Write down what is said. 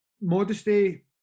modesty